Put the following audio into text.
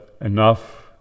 enough